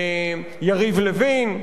יריב לוין.